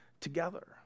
together